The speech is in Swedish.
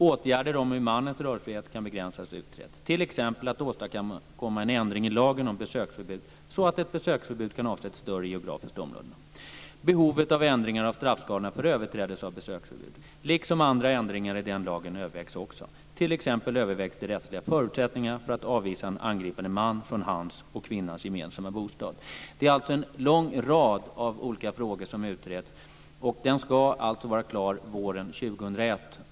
Åtgärder för att mannens rörelsefrihet ska begränsas utreds, t.ex. att åstadkomma en ändring i lagen om besöksförbud så att ett besöksförbud kan avse ett större geografiskt område. Behovet av ändringar i straffskalan vid överträdelse av besöksförbud, liksom andra ändringar i den lagen, övervägs också. T.ex. övervägs de rättsliga förutsättningarna för att avvisa en angripande man från hans och kvinnans gemensamma bostad. Det är en lång rad av olika frågor som utreds, och det ska alltså vara klart våren 2001.